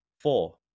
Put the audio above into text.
Four